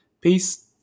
Peace